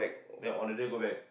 then on that day go back